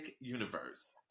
Universe